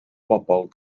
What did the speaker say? bobl